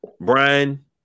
Brian